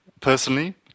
personally